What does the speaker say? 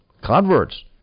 converts